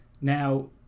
Now